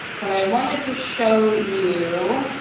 but i wanted to show you